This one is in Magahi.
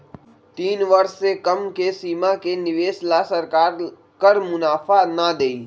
तीन वर्ष से कम के सीमा के निवेश ला सरकार कर मुनाफा ना देई